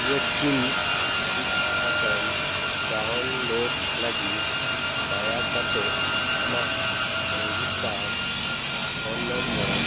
ᱤᱭᱟᱹᱠᱤᱱ ᱥᱤᱫ ᱥᱟᱠᱟᱢ ᱰᱟᱣᱩᱱᱞᱳᱰ ᱞᱟᱹᱜᱤᱫ ᱫᱟᱭᱟᱠᱟᱛᱮ ᱟᱢᱟᱜ ᱨᱮᱡᱤᱥᱴᱟᱨ ᱯᱷᱳᱱ ᱱᱚᱢᱵᱚᱨ